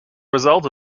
result